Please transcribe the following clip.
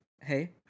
Hey